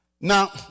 Now